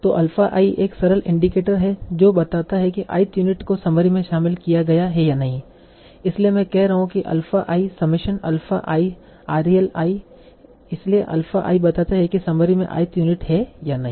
तो alpha i एक सरल इंडिकेटर है जो बताता है कि ith यूनिट को समरी में शामिल किया गया है या नहीं इसलिए मैं कह रहा हूँ alpha i summation alpha i rel i इसलिए अल्फा i बताता है की समरी में ith यूनिट है या नहीं